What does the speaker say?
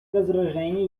возражений